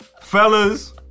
Fellas